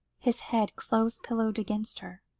his head close pillowed against her.